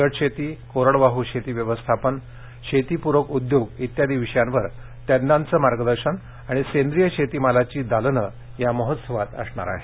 गट शेती कोरडवाह शेती व्यवस्थापन शेतीप्रक उद्योग इत्यादि विषयांवर तज्ञांचं मार्गदर्शन आणि सेंद्रिय शेती मालाची दालनं या महोत्सवात असणार आहेत